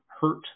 hurt